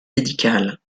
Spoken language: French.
médicales